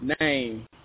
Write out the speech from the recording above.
name